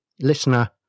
Listener